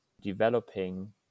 developing